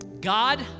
God